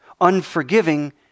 unforgiving